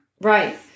Right